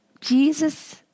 Jesus